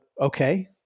okay